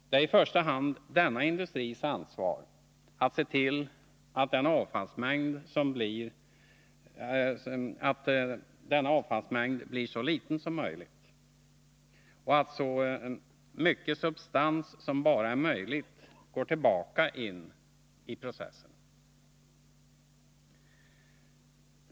Det är i första hand denna industris ansvar att se till att denna avfallsmängd blir så liten som möjligt och att så mycket substans som bara är möjligt går tillbaka i processerna.